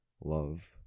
love